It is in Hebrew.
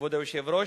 כבוד היושב-ראש.